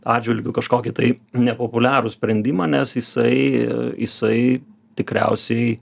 atžvilgiu kažkokį tai nepopuliarų sprendimą nes jisai jisai tikriausiai